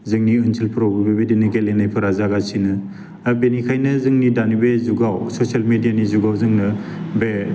जोंनि ओनसोलफोरावबो बेबायदिनो गेलेनायफोरा जागासिनो आरो बेनिखायनो जोंनि दानि बे जुगाव ससियेल मेडियानि जुगाव जोङो बे